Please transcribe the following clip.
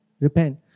repent